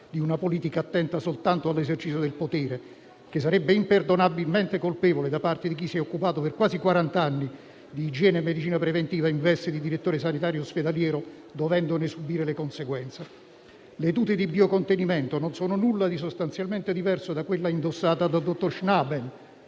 di una politica attenta soltanto all'esercizio del potere; è un silenzio che sarebbe imperdonabilmente colpevole da parte di chi si è occupato per quasi quarant'anni di igiene e medicina preventiva in veste di direttore sanitario ospedaliero, dovendone subire le conseguenze. Le tute di biocontenimento non sono nulla di sostanzialmente diverso da quella indossata da dottor Schnabel